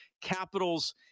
Capitals